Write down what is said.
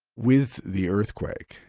with the earthquake,